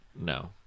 No